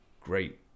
great